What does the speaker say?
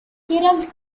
gerald